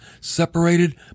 Separated